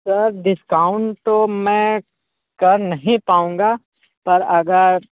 sir discount तो मैं कर नहीं पाऊँगा पर अगर